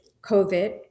COVID